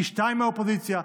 היא שניים מהאופוזיציה,